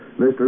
Mr